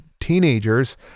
teenagers